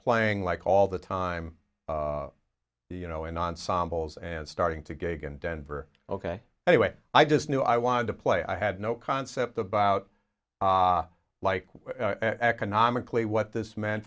playing like all the time you know in ensembles and starting to gagan denver ok anyway i just knew i wanted to play i had no concept about like economically what this mean